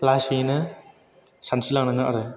लासैयैनो सानस्रि लांनांगोन आरो